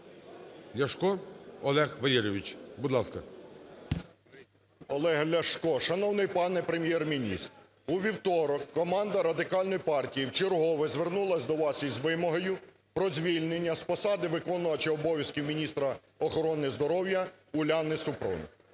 Ляшко Олег Валерійович. Будь ласка. 10:31:41 ЛЯШКО О.В. Олег Ляшко. Шановний пане Прем'єр-міністре, у вівторок команда Радикальної партії вчергове звернулась до вас із вимогою про звільнення з посади виконуючого обов'язки міністра охорони здоров'я Уляни Супрун.